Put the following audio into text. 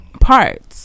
parts